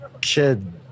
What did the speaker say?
kid